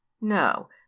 No